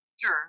Sure